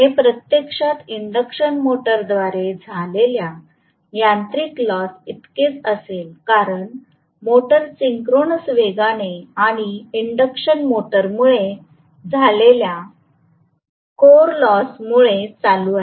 हे प्रत्यक्षात इंडक्शन मोटरद्वारे झालेल्या यांत्रिक लॉस इतकेच असेल कारण मोटार सिंक्रोनस वेगाने आणि इंडक्शन मोटरमुळे झालेल्या कोर लॉस मुळे चालू आहे